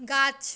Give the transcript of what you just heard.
গাছ